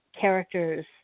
characters